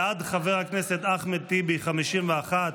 בעד חבר הכנסת אחמד טיבי, 51,